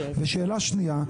שאלה שנייה,